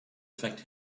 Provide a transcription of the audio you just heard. affect